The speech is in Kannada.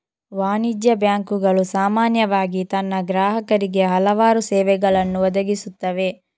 ವಾಣಿಜ್ಯ ಬ್ಯಾಂಕುಗಳು ಸಾಮಾನ್ಯವಾಗಿ ತನ್ನ ಗ್ರಾಹಕರಿಗೆ ಹಲವಾರು ಸೇವೆಗಳನ್ನು ಒದಗಿಸುತ್ತವೆ